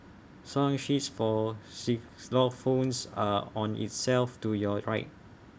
song sheets for xylophones are on IT shelf to your right